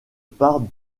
part